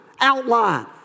outline